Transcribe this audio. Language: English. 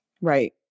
Right